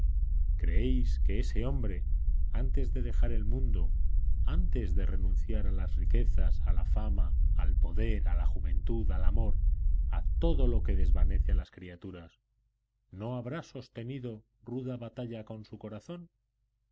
creéis que ese hombre antes de dejar el mundo antes de renunciar a las riquezas a la fama al poder a la juventud al amor a todo lo que desvanece a las criaturas no habrá sostenido ruda batalla con su corazón